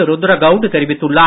ருத்ரகவுடு தெரிவித்துள்ளார்